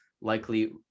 likely